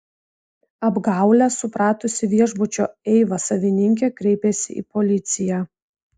apgaulę supratusi viešbučio eiva savininkė kreipėsi į policiją